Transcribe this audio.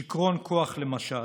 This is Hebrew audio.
שיכרון כוח, למשל,